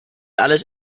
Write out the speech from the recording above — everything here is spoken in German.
alles